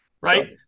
Right